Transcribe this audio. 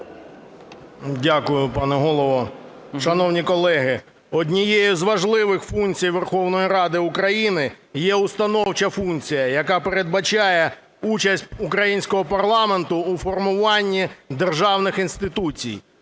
Дякую, пане Голово. Шановні колеги, однією з важливих функцій Верховної Ради України є установча функція, яка передбачає участь українського парламенту у формуванні державних інституцій.